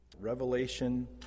Revelation